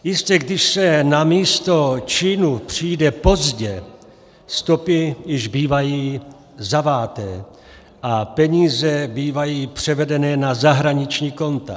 Jistě, když se na místo činu přijde pozdě, stopy již bývají zaváté a peníze bývají převedené na zahraniční konta.